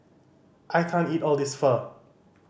I can't eat all this Pho